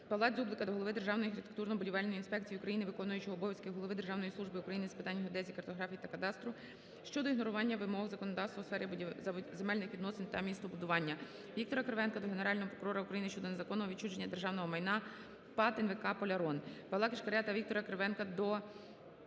Павла Дзюблика до голови Державної архітектурно-будівельної інспекції України, виконуючого обов'язки Голови Державної служби України з питань геодезії, картографії та кадастру щодо ігнорування вимог законодавства у сфері земельних відносин та містобудування. Віктора Кривенка до Генерального прокурора України щодо незаконного відчуження державного майна ПАТ "НВК "Полярон". Павла Кишкаря та Віктора Кривенка до